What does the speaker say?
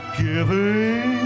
giving